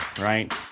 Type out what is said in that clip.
Right